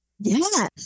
Yes